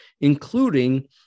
including